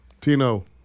Tino